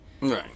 Right